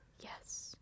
yes